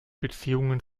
beziehungen